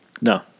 no